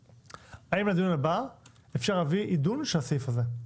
האם לדיון הבא אפשר להביא עידון של הסעיף הזה?